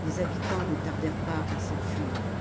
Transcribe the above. les habitants ne tardèrent pas à s'enfuir